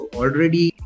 already